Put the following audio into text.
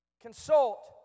Consult